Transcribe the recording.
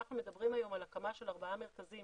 שכשאנחנו מדברים היום על הקמה של ארבעה מרכזים